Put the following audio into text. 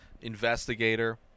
investigator